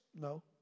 No